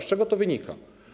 Z czego to wynika?